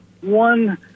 one